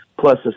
plus